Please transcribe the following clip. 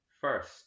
First